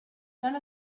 none